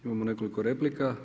Imamo nekoliko replika.